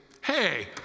hey